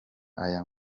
aya